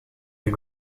des